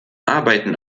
arbeiten